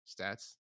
stats